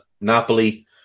Napoli